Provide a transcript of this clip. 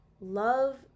Love